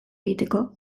egiteko